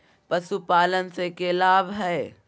पशुपालन से के लाभ हय?